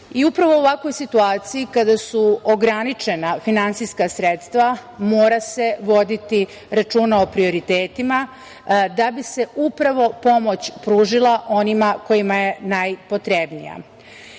u ovakvoj situaciji, kada su ograničena finansijska sredstva, mora se voditi računu o prioritetima da bi se upravo pomoć pružila onima kojima je najpotrebnija.